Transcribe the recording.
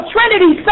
Trinity